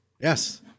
Yes